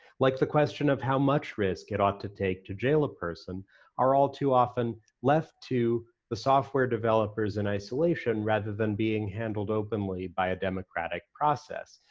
like the question of how much risk it ought to take to jail a person are all too often left to the software developers in isolation rather than being handled openly by a democratic process,